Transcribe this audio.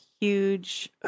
huge